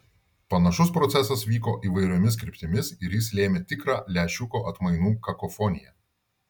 panašus procesas vyko įvairiomis kryptimis ir jis lėmė tikrą lęšiuko atmainų kakofoniją